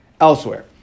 elsewhere